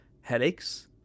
headaches